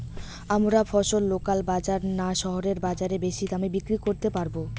আমরা ফসল লোকাল বাজার না শহরের বাজারে বেশি দামে বিক্রি করতে পারবো?